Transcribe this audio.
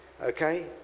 okay